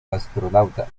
astronauta